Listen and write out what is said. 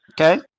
Okay